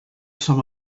some